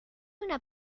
una